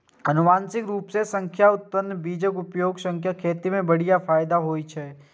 आनुवंशिक रूप सं उन्नत बीजक उपयोग सं खेती मे बढ़िया फायदा होइ छै